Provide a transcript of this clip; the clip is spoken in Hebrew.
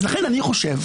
אז לכן אני חושב,